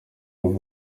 nibwo